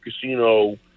casino